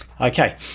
Okay